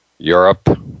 Europe